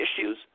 issues